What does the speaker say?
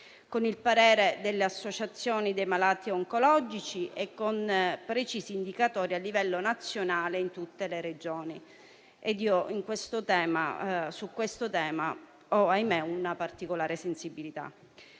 con il parere delle associazioni dei malati oncologici e con precisi indicatori a livello nazionale in tutte le Regioni. Su questo tema - ahimè - ho una particolare sensibilità.